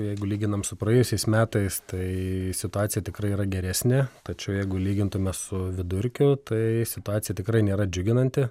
jeigu lyginam su praėjusiais metais tai situacija tikrai yra geresnė tačiau jeigu lygintume su vidurkiu tai situacija tikrai nėra džiuginanti